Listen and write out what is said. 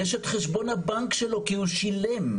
יש את חשבון הבנק שלו כי הוא שילם,